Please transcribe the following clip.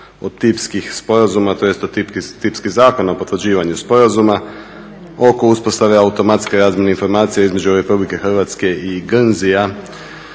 od tipskih sporazuma, tj. od tipskih zakona o potvrđivanju sporazuma oko uspostave automatske razmjene informacija između Republike Hrvatske i Guernseya